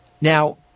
now